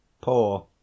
poor